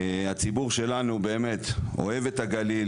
הציבור שלנו באמת אוהב את הגליל,